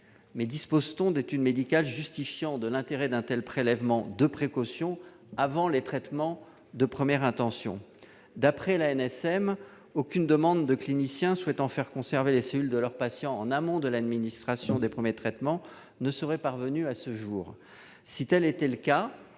Or dispose-t-on d'études médicales justifiant de l'intérêt d'un tel prélèvement de précaution avant les traitements de première intention ? D'après l'ANSM, aucune demande de clinicien souhaitant faire conserver les cellules de leurs patients en amont de l'administration des premiers traitements ne lui serait parvenue à ce jour. Si tel était le cas,